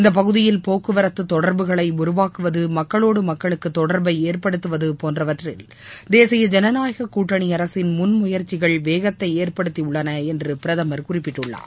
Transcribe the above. இந்த பகுதியில் போக்குவரத்து தொடர்புகளை உருவாக்குவது மக்களோடு மக்களுக்கு தொடர்பை ஏற்படுத்துவது போன்றவற்றில் தேசிய ஜனநாயக கூட்டணி அரசின் முன் முயற்சிகள் வேகத்தை ஏற்படுத்தியுள்ளன என்று பிரதமர் குறிப்பிட்டுள்ளார்